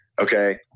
Okay